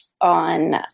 on